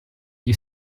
gli